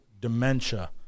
dementia